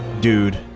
dude